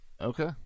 okay